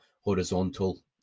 horizontal